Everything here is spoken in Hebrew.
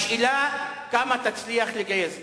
השאלה היא כמה תצליח לגייס,